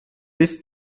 bis